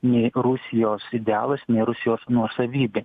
nei rusijos idealas nei rusijos nuosavybė